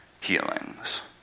healings